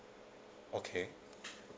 okay